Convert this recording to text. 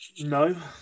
no